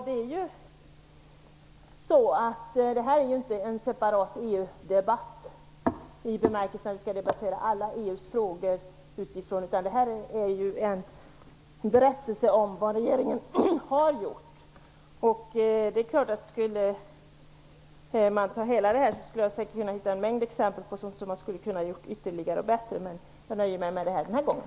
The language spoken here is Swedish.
Detta är ju inte någon separat EU-debatt i bemärkelsen att vi skall debattera alla EU-frågor. Denna debatt handlar om en berättelse om vad regeringen har gjort. Om vi skulle debattera hela EU-frågan skulle jag säkert kunna hitta en mängd exempel på sådant man skulle ha kunna gjort ytterligare och bättre, men jag nöjer med mig detta den här gången.